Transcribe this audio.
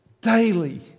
daily